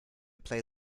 play